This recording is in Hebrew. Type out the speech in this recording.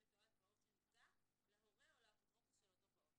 מתועד פעוט שנפגע להורה או לאפוטרופוס של אותו פעוט.